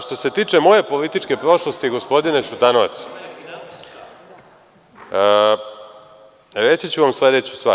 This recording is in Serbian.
Što se tiče moje političke prošlosti, gospodine Šutanovac, reći ću vam sledeću stvar.